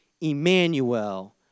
Emmanuel